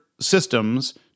systems